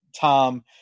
Tom